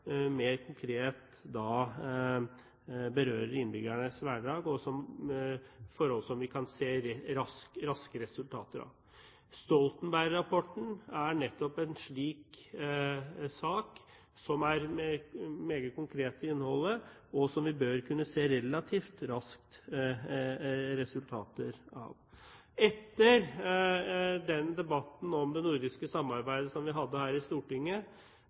vi raskere kan se resultater av. Stoltenberg-rapporten er nettopp en slik sak som er meget konkret i innholdet, og som vi relativt raskt bør kunne se resultater av. Etter debatten om det nordiske samarbeidet som vi hadde her i Stortinget,